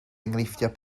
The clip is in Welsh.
enghreifftiau